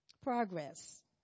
progress